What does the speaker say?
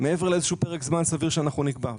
מעבר לאיזה שהוא פרק זמן סביר שאנחנו נקבע,